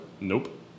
Nope